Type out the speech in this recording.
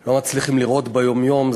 לא מצליחים לראות ביום-יום,